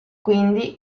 quindi